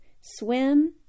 swim